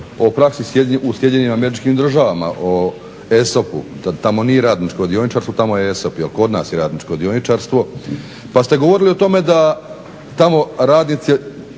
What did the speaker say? praksi, poglavito o praksi u SAD-u, o ESOP-u, tamo nije radničko dioničarstvo, tamo je ESOP kod nas je radničko dioničarstvo, pa ste govorili o tome da tamo radnici